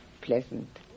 pleasant